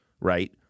right